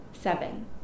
Seven